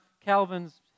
Calvin's